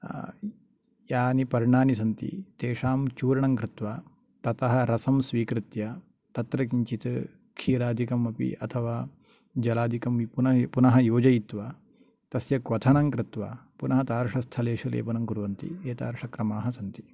यानि पर्णानि सन्ति तेषां चूरणं कृत्वा ततः रसं स्वीकृत्य तत्र किञ्चित् क्षीरादिकम् अपि अथवा जलादिकं पुनः पुनः योजयित्वा तस्य क्वथनं कृत्वा पुनः तादृशस्थलेषु लेपनं कुर्वन्ति एतादृश क्रमाः सन्ति